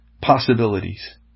possibilities